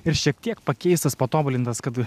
ir šiek tiek pakeistas patobulintas kad